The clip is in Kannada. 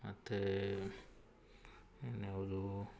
ಮತ್ತು ಇನ್ಯಾವುದು